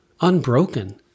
unbroken